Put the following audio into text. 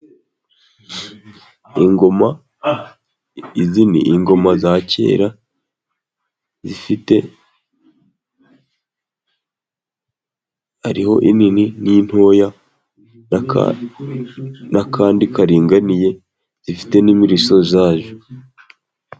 Izi ni ingomzi za kera, hariho inini n'intoya, n'akandi karinganiye zifite n'imirishyo yazo.